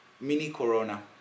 mini-corona